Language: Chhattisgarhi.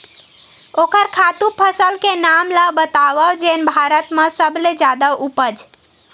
ओखर खातु फसल के नाम ला बतावव जेन भारत मा सबले जादा उपज?